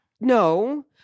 no